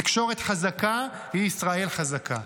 תקשורת חזקה היא ישראל חזקה.